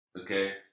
Okay